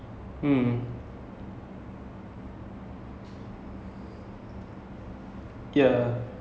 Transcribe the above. err like நம்ம வந்து நம்ம:namm vanthu namma err rice cooker the [one] we make the rice and then we make biryani right